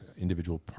individual